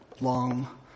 long